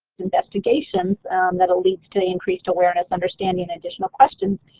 investigations that'll lead to increased awareness, understanding, and additional questions,